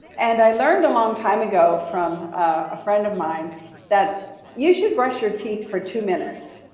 and i learned a long time ago from a friend of mine that you should brush your teeth for two minutes.